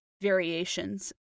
variations